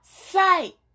sight